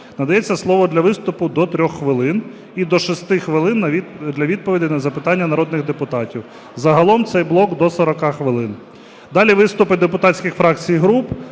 надається слово для виступу до 3 хвилин, і до 6 хвилин для відповідей на запитання народних депутатів. Загалом цей блок до 40 хвилин. Далі виступи депутатських фракцій і груп